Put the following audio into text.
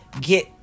get